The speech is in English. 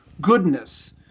goodness